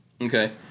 Okay